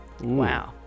Wow